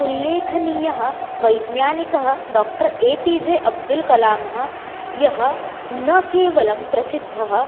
उल्लेखनीयः वैज्ञानिकः doctor A P J अब्दुल्कलामः यः न केवलं प्रसिद्धः